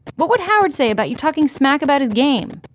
what would howard say about you talking smack about his game?